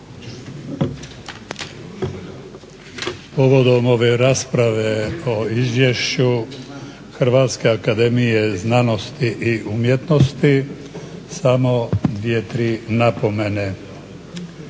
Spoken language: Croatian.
Povodom ove rasprave o Izvješću Hrvatske akademije znanosti i umjetnosti samo dvije tri napomene.